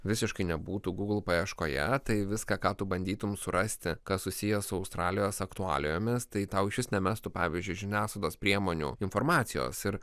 visiškai nebūtų gūgl paieškoje tai viską ką tu bandytumei surasti kas susiję su australijos aktualijomis tai tau šis nemestų pavyzdžiui žiniasklaidos priemonių informacijos ir